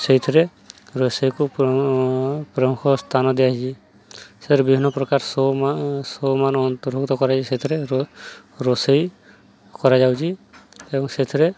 ସେଇଥିରେ ରୋଷେଇକୁ ପ୍ରମୁଖ ସ୍ଥାନ ଦିଆଯାଇଚି ସେଥିରେ ବିଭିନ୍ନ ପ୍ରକାର ଶୋ ଶୋମାନ ଅନ୍ତର୍ଭୁକ୍ତ କରାଯାଉଛି ସେଥିରେ ରୋଷେଇ କରାଯାଉଛି ଏବଂ ସେଥିରେ